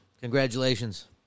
Congratulations